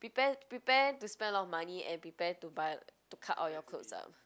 prepare prepare to spend a lot of money and prepare to buy to cut all your clothes up